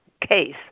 case